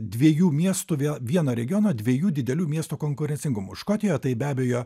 dviejų miestų vie vieno regiono dviejų didelių miestų konkurencingumo škotijoje tai be abejo